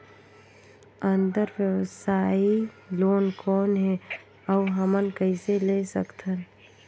अंतरव्यवसायी लोन कौन हे? अउ हमन कइसे ले सकथन?